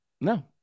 No